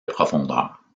profondeur